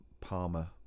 Palmer